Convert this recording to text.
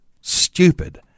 stupid